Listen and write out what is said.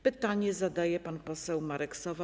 Pytanie zadaje pan poseł Marek Sowa.